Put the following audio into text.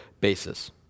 basis